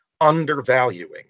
undervaluing